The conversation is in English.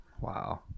wow